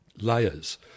layers